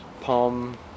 palm